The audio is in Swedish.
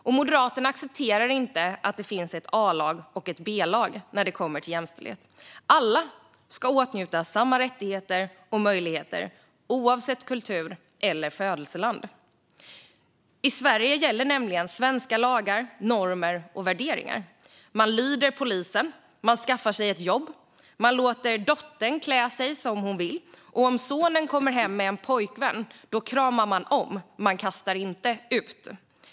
Och Moderaterna accepterar inte att det finns ett A-lag och ett B-lag när det kommer till jämställdhet. Alla ska åtnjuta samma rättigheter och möjligheter, oavsett kultur eller födelseland. I Sverige gäller nämligen svenska lagar, normer och värderingar. Man lyder polisen, man skaffar sig ett jobb och man låter dottern klä sig som hon vill. Och om sonen kommer hem med en pojkvän kramar man om dem; man kastar inte ut dem.